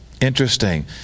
Interesting